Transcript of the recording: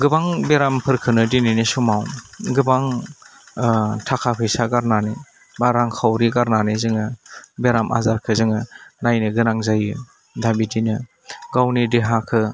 गोबां बेरामफोरखौनो दिनैनि समाव गोबां थाखा फैसा गारनानै बा रांखावरि गारनानै जोङो बेराम आजारखौ जोङो नायनो गोनां जायो दा बिदिनो गावनि देहाखो